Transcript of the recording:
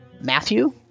Matthew